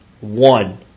one